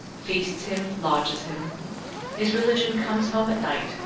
feasts him, lodges him his religion comes home at night,